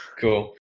Cool